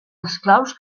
esclaus